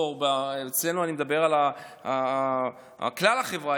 אני מדבר על כלל החברה,